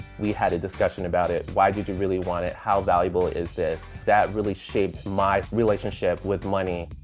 we had a discussion about it why did you really want it? how valuable is this? that really shaped my relationship with money.